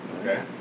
Okay